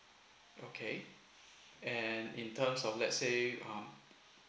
okay and in terms of let's say um